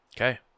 Okay